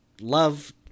love